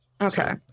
Okay